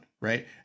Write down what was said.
right